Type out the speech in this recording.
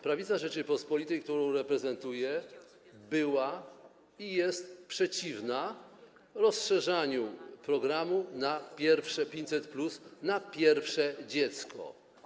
Prawica Rzeczypospolitej, którą reprezentuję, była i jest przeciwna rozszerzaniu programu 500+ na pierwsze dziecko.